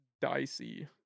dicey